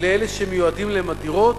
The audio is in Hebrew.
לאלה שמיועדות להם הדירות,